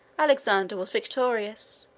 alexander was victorious,